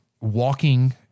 walking